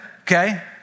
okay